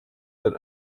den